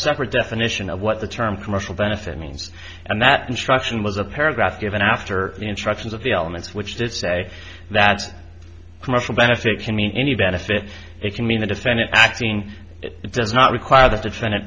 separate definition of what the term commercial benefit means and that instruction was a paragraph given after the instructions of the elements which did say that commercial benefit can mean any benefit it can mean the defendant acting does not require the defendant